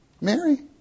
Mary